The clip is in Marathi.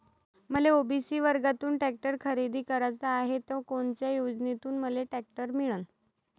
मले ओ.बी.सी वर्गातून टॅक्टर खरेदी कराचा हाये त कोनच्या योजनेतून मले टॅक्टर मिळन?